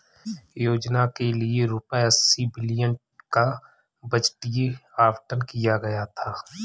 योजना के लिए रूपए अस्सी बिलियन का बजटीय आवंटन किया गया था